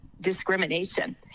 discrimination